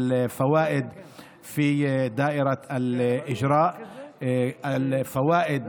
כדי להוריד את הריביות בהוצאה לפועל.